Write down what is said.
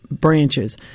branches